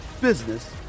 business